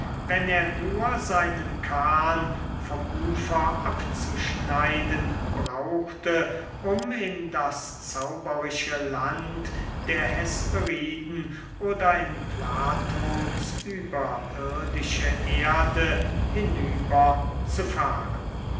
wenn er nur seinen kahn vom ufer abzuschneiden brauchte um in das zauberische land der hesperiden oder in platons überirdische erde hinüber zu fahren